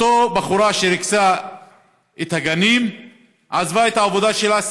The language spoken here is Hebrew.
אותה בחורה שריכזה את הגנים עזבה את העבודה שלה,